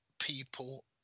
people